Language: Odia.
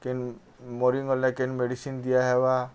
କେନ୍ ମରିଗଲେ କେନ୍ ମେଡ଼ିସିନ୍ ଦିଆହେବା